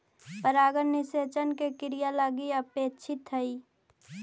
परागण निषेचन के क्रिया लगी अपेक्षित हइ